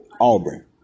Auburn